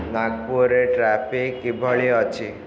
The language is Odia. ନାଗପୁରରେ ଟ୍ରାଫିକ୍ କିଭଳି ଅଛି